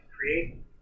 create